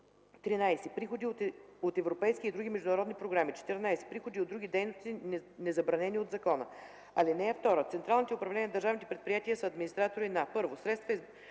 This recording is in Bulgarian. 13. приходи от европейски и други международни програми; 14. приходи от други дейности, незабранени от закона. (2) Централните управления на държавните предприятия са администратори на: 1. средствата,